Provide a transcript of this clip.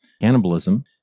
cannibalism